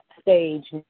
stage